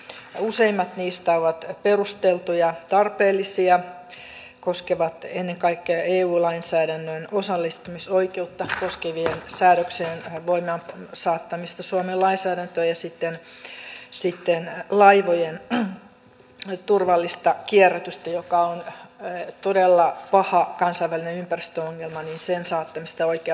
useimmat niistä ovat perusteltuja tarpeellisia koskevat ennen kaikkea eu lainsäädännön osallistumisoikeutta koskevien säädöksien voimaansaattamista suomen lainsäädäntöön ja sitten laivojen turvallisen kierrätyksen joka on todella paha kansainvälinen ympäristöongelma saattamista oikealle tolalle